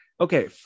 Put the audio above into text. Okay